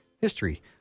History